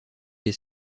les